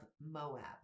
Moab